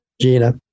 gina